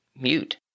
Mute